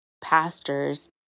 pastors